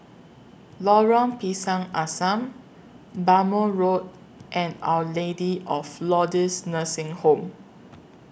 Lorong Pisang Asam Bhamo Road and Our Lady of Lourdes Nursing Home